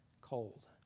cold